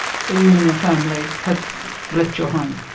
so you and your family have left your home?